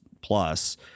plus